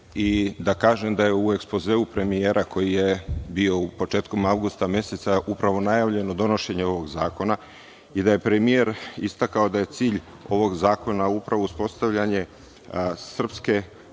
i da kažem da je u ekspozeu premijera koji je bio početkom avgusta meseca, upravo najavljeno donošenje ovog zakona i da je premijer istakao da je cilj ovog zakona upravo uspostavljanje srpske